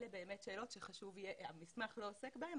אלה באמת שאלות שהמסמך לא עוסק בהן,